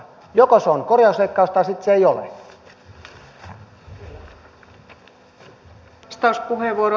joko se on korjausleikkaus tai sitten se ei ole